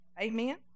Amen